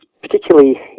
particularly